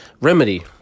remedy